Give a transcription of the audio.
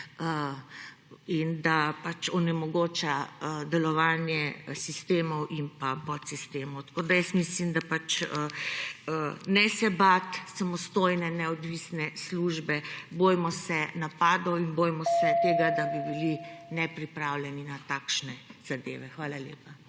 in da pač onemogoča delovanje sistemov in pa podsistemov. Jaz mislim, da pač ne se bati samostojne neodvisne službe. Bojimo se napadov, bojimo se tega, da bi bili nepripravljeni na takšne zadeve. Hvala lepa.